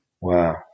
wow